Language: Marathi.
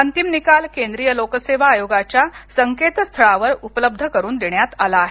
अंतिम निकाल केंद्रीय लोकसेवा आयोगाच्या संकेतस्थळावर उपलब्ध करून देण्यात आला आहे